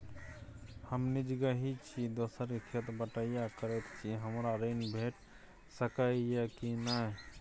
हम निजगही छी, दोसर के खेत बटईया करैत छी, हमरा ऋण भेट सकै ये कि नय?